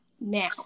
now